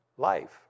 Life